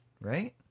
right